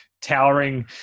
towering